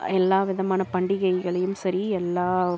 எல்லா விதமான பண்டிகைகளையும் சரி எல்லா